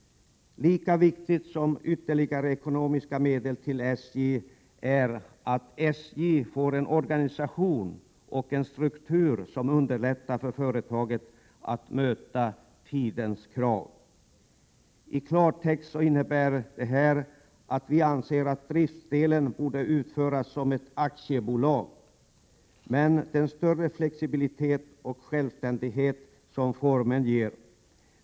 Lika viktigt som ytterligare ekonomiska medel till SJ är att SJ får en organisation och en struktur som underlättar för företaget att möta tidens krav. I klartext innebär detta att driftsdelen borde utformas som ett aktiebolag, med den större flexibilitet och självständighet som denna form ger.